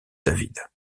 david